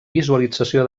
visualització